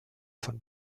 von